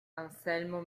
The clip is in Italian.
anselmo